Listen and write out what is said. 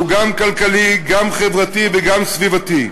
שהוא גם כלכלי, גם חברתי וגם סביבתי.